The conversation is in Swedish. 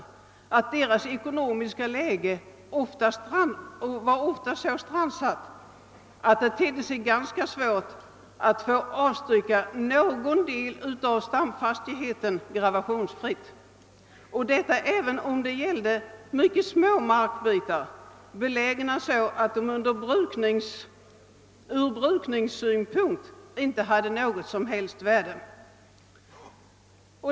De var ofta ekonomiskt så strandsatta, att det var mycket svårt att få någon del av stamfastigheten avstyckad och gravationsfri. Detta gällde även mycket små markbitar, som var så belägna att de ur brukningssynpunkt inte hade något som helst värde.